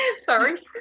Sorry